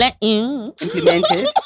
implemented